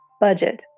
Budget